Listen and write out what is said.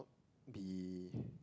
be